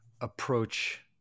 approach